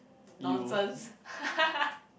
nonsense